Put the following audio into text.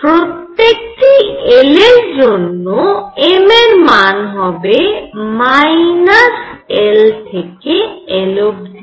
প্রত্যেকটি l এর জন্য m এর মান হবে - l থেকে l অবধি